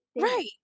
right